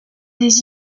des